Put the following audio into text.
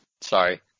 Sorry